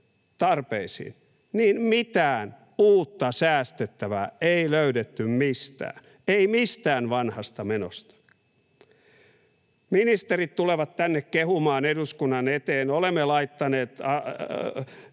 tarpeisiin, niin mitään uutta säästettävää ei löydetty mistään, ei mistään vanhasta menosta. Ministerit tulevat tänne kehumaan eduskunnan eteen: olemme laittaneet